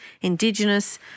Indigenous